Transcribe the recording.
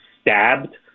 stabbed